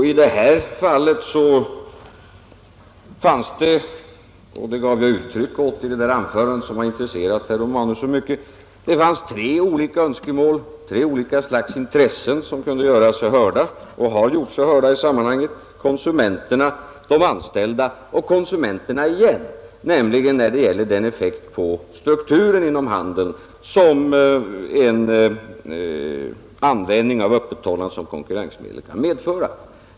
I det här fallet finns det — och det gav jag uttryck åt i det anförande som har intresserat herr Romanus så mycket — tre olika önskemål, tre olika kategorier som kan göra sig hörda och som har gjort sig hörda i sammanhanget: konsumenterna, de anställda och konsumenterna igen, nämligen när det gäller den effekt på strukturen inom handeln som en användning av öppethållande som konkurrensmedel kan medföra.